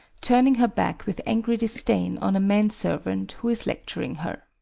turning her back with angry disdain on a man-servant who is lecturing her.